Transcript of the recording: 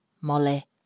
Molly